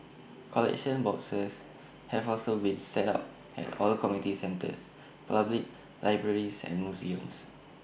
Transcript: collection boxes have also been set up at all the community centres public libraries and museums